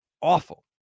awful